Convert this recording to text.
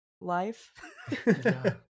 life